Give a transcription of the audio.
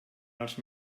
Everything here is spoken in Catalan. els